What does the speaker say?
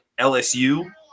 LSU